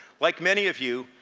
like many of you,